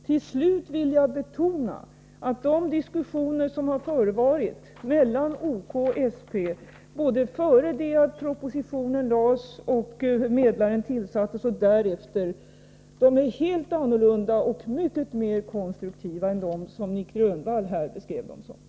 Till slut vill jag betona att de diskussioner som har förevarit mellan OK och SP, både före det att propositionen lämnades och medlaren tillsattes och efter detta, är helt annorlunda och mycket mer konstruktiva än Nic Grönvalls beskrivning av dem.